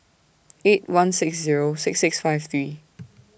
eight one six Zero six six five three